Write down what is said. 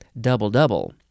Double-double